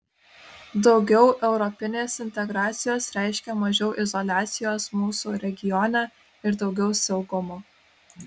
daugiau europinės integracijos reiškia mažiau izoliacijos mūsų regione ir daugiau saugumo